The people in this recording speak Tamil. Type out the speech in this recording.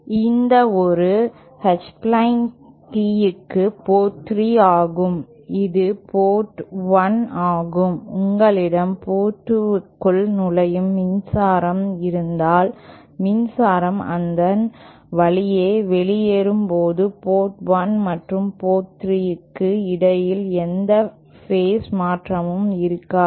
இது ஒரு H பிளேன் Teeக்கு போர்ட் 3 ஆகும் இது போர்ட் 1 ஆகும் உங்களிடம் போர்ட் 2 க்குள் நுழையும் மின்சாரம் இருந்தால் மின்சாரம் அதன் வழியே வெளியேறும் போது போர்ட் 1 மற்றும் போர்ட் 3 க்கு இடையில் எந்த ஃபேஸ் மாற்றமும் இருக்காது